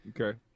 Okay